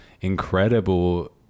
incredible